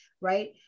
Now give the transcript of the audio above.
right